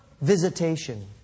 visitation